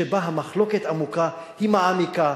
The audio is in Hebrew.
שבהם המחלוקת עמוקה, היא מעמיקה,